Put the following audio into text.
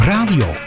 Radio